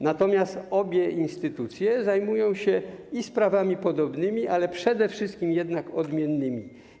Natomiast obie instytucje zajmują się i sprawami podobnymi, ale przede wszystkim jednak odmiennymi.